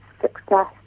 success